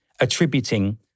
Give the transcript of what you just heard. attributing